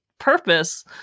purpose